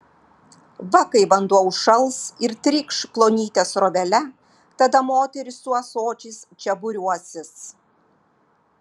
va kai vanduo užšals ir trykš plonyte srovele tada moterys su ąsočiais čia būriuosis